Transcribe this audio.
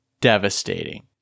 Devastating